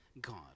God